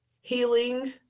healing